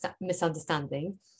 misunderstanding